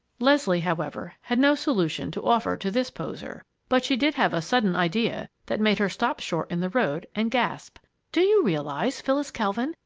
leslie, however, had no solution to offer to this poser, but she did have a sudden idea that made her stop short in the road and gasp do you realize, phyllis kelvin,